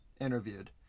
interviewed